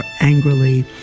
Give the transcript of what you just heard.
angrily